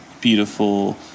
beautiful